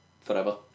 forever